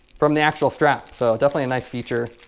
from the actual strap so definitely a nice feature.